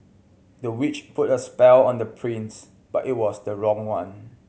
the witch put a spell on the prince but it was the wrong one